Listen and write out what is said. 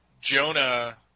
Jonah